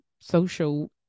social